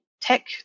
tech